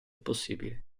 possibile